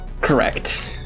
Correct